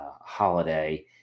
holiday